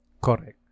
Correct